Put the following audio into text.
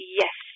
yes